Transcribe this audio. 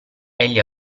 egli